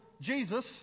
Jesus